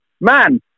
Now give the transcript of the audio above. man